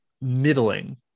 middling